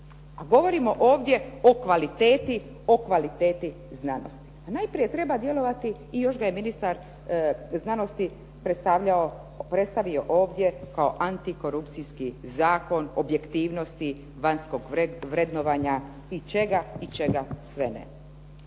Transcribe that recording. govorimo ovdje o kvaliteti znanosti. Najprije treba djelovati, i još ga je ministar znanosti predstavio ovdje kao antikorupcijski zakon objektivnosti, vanjskog vrednovanja i čega i čega sve ne.